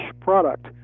product